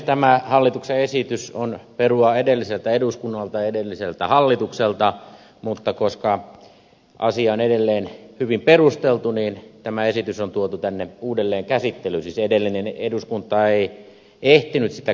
tämä hallituksen esitys on perua edelliseltä eduskunnalta edelliseltä hallitukselta mutta koska asia on edelleen hyvin perusteltu niin tämä esitys on tuotu tänne uudelleen käsittelyyn siis edellinen eduskunta ei ehtinyt sitä käsittelemään